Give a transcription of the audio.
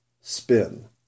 spin